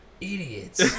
Idiots